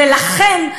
ולכן,